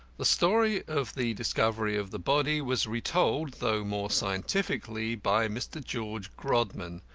the story of the discovery of the body was retold, though more scientifically, by mr. george grodman,